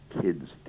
kids